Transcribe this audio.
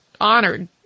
honored